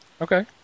Okay